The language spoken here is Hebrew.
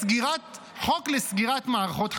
לחוק לסגירת מערכות חדשות?